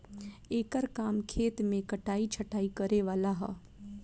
एकर काम खेत मे कटाइ छटाइ करे वाला ह